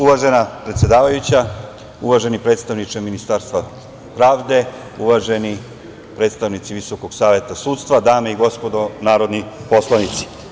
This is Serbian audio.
Uvažena predsedavajuća, uvaženi predstavniče Ministarstva pravde, uvaženi predstavnici Visokog saveta sudstva, dame i gospodo narodni poslanici.